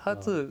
ah